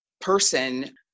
person